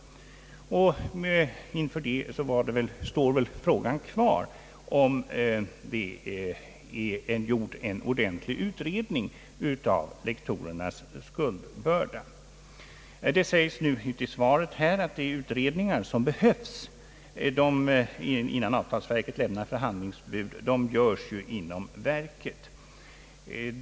Inför det läget står väl frågan kvar om det gjorts en ordentlig utredning av lektorernas skuldbörda. Det säges nu i svaret att de utredningar som behövs innan avtalsverket lämnar förhandlingsbud göres inom verket.